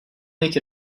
make